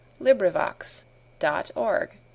LibriVox.org